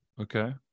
Okay